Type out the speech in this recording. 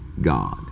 God